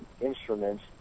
instruments